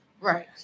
Right